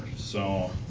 so,